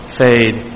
fade